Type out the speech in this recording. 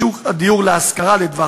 על מנת שיתאימו גם לפרויקטים להשכרה לטווח